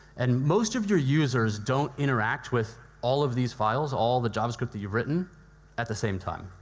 and most of your users don't interact with all of these files, all the javascript that you've written at the same time.